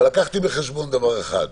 אבל לקחתי בחשבון דבר אחד,